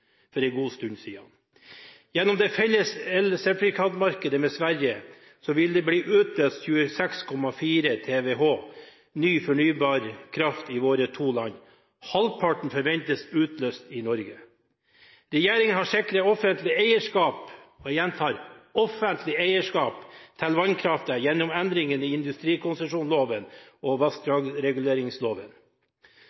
for en god stund siden. Gjennom det felles elsertifikatmarkedet med Sverige vil det bli utløst 26,4 TWh ny fornybar kraft i våre to land. Halvparten forventes utløst i Norge. Regjeringen har sikret offentlig eierskap – og jeg gjentar: offentlig eierskap – til vannkraften gjennom endringene i industrikonsesjonsloven og